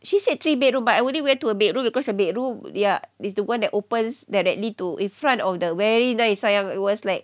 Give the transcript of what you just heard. she say three bedroom but I only went to her bedroom because her bedroom ya is the one that opens directly to in front of the very nice sayang it was like